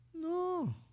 No